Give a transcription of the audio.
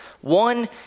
One